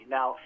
Now